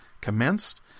commenced